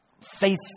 faith